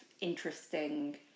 interesting